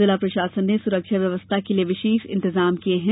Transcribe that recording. जिला प्रशासन ने सुरक्षा व्यवस्था के लिए विशेष इंतेजाम किये हैं